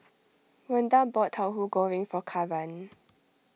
Ronda bought Tahu Goreng for Karan